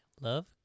love